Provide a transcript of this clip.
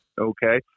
Okay